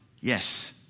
Yes